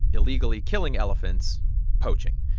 illegally killing elephants poaching.